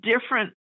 different